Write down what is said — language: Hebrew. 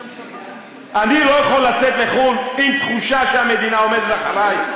אני לא יכול לצאת לחו"ל עם תחושה שהמדינה עומדת מאחורי,